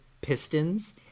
pistons